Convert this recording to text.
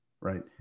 right